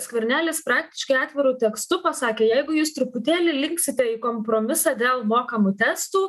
skvernelis praktiškai atviru tekstu pasakė jeigu jūs truputėlį linksite į kompromisą dėl mokamų testų